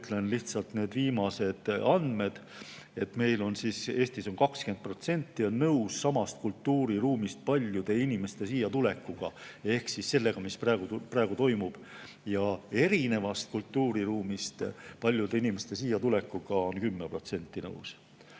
ütlen lihtsalt need viimased andmed. Meil on Eestis 20% nõus samast kultuuriruumist paljude inimeste siiatulekuga ehk sellega, mis praegu toimub, ja erinevast kultuuriruumist paljude inimeste siiatulekuga on nõus